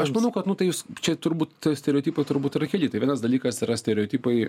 aš manau kad nu tai jūs čia turbūt stereotipai turbūt yra keli tai vienas dalykas yra stereotipai